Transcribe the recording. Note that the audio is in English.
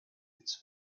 its